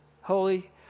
Holy